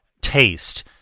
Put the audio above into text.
taste